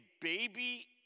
baby